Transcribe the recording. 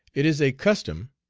it is a custom,